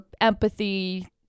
empathy